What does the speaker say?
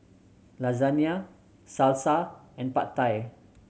Lasagna Salsa and Pad Thai